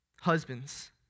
Husbands